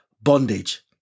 bondage